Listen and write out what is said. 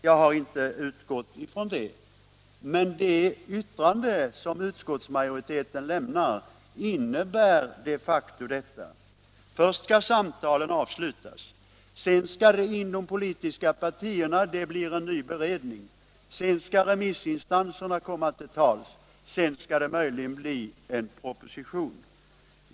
Jag har inte utgått från det, men det yttrande som utskottsmajoriteten lämnar innebär de facto detta. Först skall samtalen avslutas, sedan skall det inom de politiska partierna bli en ny beredning, sedan skall remissinstanserna komma till tals och sedan skall det möjligen bli en proposition.